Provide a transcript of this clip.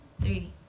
three